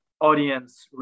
audience